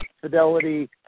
Fidelity